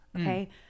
Okay